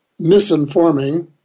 misinforming